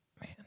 Man